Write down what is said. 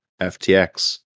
FTX